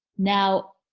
now,